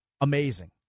amazing